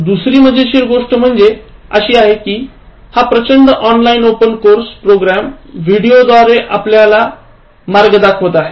दुसरी मजेशीर गोष्ट म्हणजे अशी आहे कि हा प्रचंड ऑनलाइन ओपन कोर्स प्रोग्राम व्हिडिओंद्वारे आपल्याला मार्ग दाखवत आहे